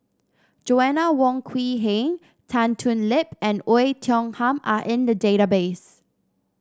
Joanna Wong Quee Heng Tan Thoon Lip and Oei Tiong Ham are in the database